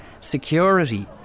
security